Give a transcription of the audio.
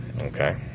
Okay